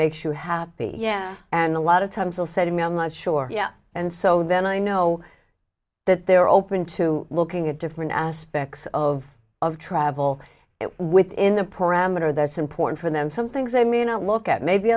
makes you happy yeah and a lot of times they'll say to me i'm not sure yet and so then i know that they're open to looking at different aspects of of travel within the parameter that's important for them some things i mean a look at maybe